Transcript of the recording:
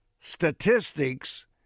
statistics